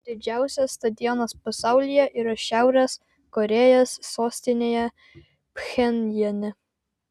didžiausias stadionas pasaulyje yra šiaurės korėjos sostinėje pchenjane